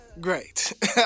great